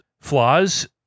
flaws